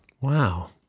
Wow